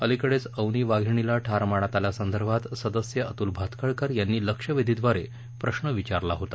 अलिकडेच अवनी वाघिणीला ठार मारण्यात आल्या संदर्भात सदस्य अतुल भातखळकर यांनी लक्षवेधीद्वारे प्रश्र विचारला होता